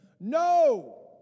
no